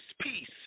peace